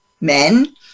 men